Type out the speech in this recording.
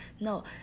No